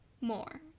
more